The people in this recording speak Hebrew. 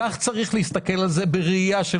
כך צריך להסתכל על זה בראיה של